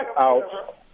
out